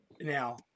now